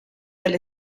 del